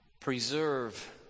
Preserve